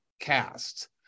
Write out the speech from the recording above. cast